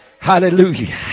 hallelujah